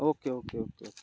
okay okay okay